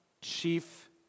chief